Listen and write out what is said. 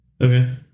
okay